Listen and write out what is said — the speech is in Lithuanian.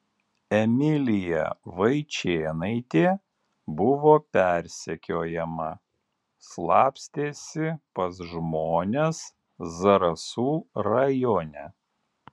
emilija vaičėnaitė buvo persekiojama slapstėsi pas žmones zarasų rajone